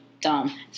Dumb